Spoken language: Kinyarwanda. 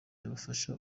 yabafasha